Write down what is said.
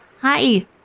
hi